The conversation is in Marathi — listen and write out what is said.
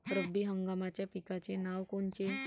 रब्बी हंगामाच्या पिकाचे नावं कोनचे?